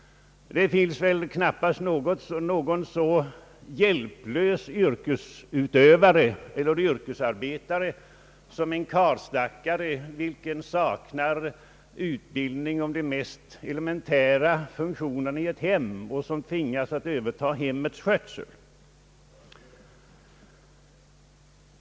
Det finns väl knappast någon så hjälplös yrkesutövare eller yrkesarbetare som en karlstackare, vilken saknar utbildning om de mest elementära funktionerna i ett hems skötsel och som tvingas överta detta.